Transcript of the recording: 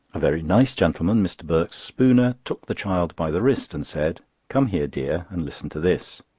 a very nice gentleman, mr. birks spooner, took the child by the wrist and said come here, dear, and listen to this.